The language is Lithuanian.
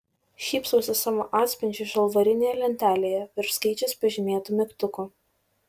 šypsausi savo atspindžiui žalvarinėje lentelėje virš skaičiais pažymėtų mygtukų